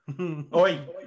oi